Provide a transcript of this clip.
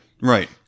Right